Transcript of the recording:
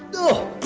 oh,